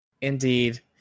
Indeed